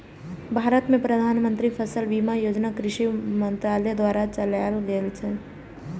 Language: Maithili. भारत मे प्रधानमंत्री फसल बीमा योजना कृषि मंत्रालय द्वारा चलाएल गेल छै